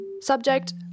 Subject